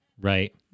right